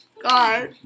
God